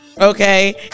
okay